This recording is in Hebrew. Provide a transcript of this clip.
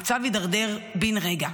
המצב הידרדר בן רגע.